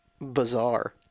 bizarre